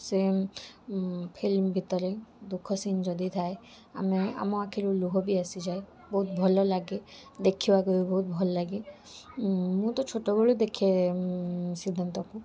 ସେ ଫିଲ୍ମ ଭିତରେ ଦୁଃଖ ସିନ୍ ଯଦି ଥାଏ ଆମେ ଆମ ଆଖିରୁ ଲୁହ ବି ଆସି ଯାଏ ବହୁତ ଭଲ ଲାଗେ ଦେଖିବାକୁ ବି ବହୁତ ଭଲ ଲାଗେ ମୁଁ ତ ଛୋଟ ବେଳୁ ଦେଖେ ସିଦ୍ଧାନ୍ତଙ୍କୁ